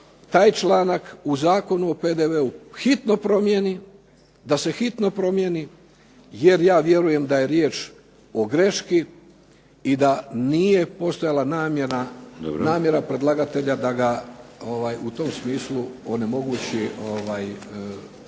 taj članak u Zakonu o PDV-u hitno promijeni, da se hitno promijeni jer ja vjerujem da je riječ o greški i da nije postojala namjera predlagatelja da ga u tom smislu onemogući ili